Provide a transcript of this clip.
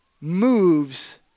moves